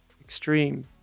extreme